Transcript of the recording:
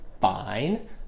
fine